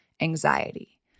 anxiety